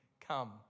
come